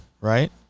right